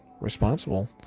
responsible